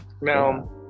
Now